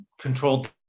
controlled